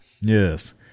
Yes